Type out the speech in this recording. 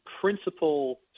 principal